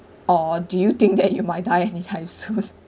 or do you think that you might die anytime soon